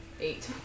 Eight